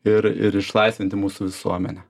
ir ir išlaisvinti mūsų visuomenę